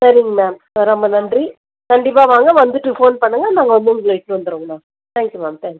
சரிங்க மேம் நன்றி கண்டிப்பாக வாங்க வந்துவிட்டு ஃபோன் பண்ணுங்கள் நாங்க வந்து உங்களை இட்டுன்னு வந்துடுறோம் மேம் தேங்க்யூ மேம் தேங்க்ஸ்